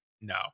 no